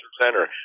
Center